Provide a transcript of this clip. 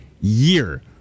year